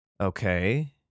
Okay